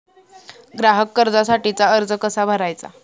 ग्राहक कर्जासाठीचा अर्ज कसा भरायचा?